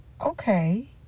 okay